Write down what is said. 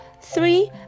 three